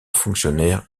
fonctionnaire